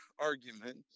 argument